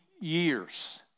years